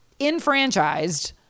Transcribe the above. enfranchised